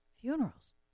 funerals